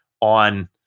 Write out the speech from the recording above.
on